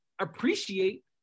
appreciate